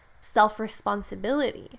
self-responsibility